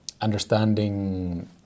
understanding